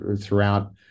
throughout